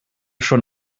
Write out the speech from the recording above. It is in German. schon